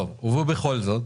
ובכל זאת